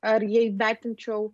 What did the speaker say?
ar jei vertinčiau